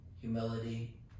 humility